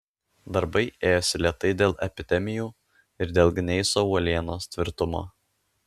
darbai ėjosi lėtai dėl epidemijų ir dėl gneiso uolienos tvirtumo